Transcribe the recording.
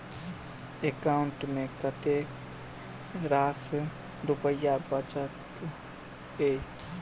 account मे कतेक रास रुपया बचल एई